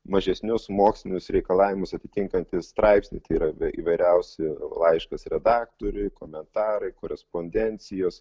mažesnius mokslinius reikalavimus atitinkantys straipsniai tai yra įvairiausi laiškas redaktoriui komentarai korespondencijos